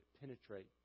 penetrate